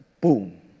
boom